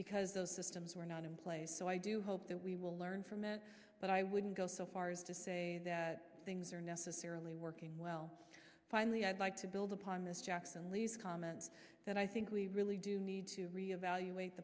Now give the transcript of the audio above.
because those systems were not in place so i do hope that we will learn from it but i wouldn't go so far as to say that things are necessarily working well finally i'd like to build upon this jackson lee's comment that i think we really do need to re evaluate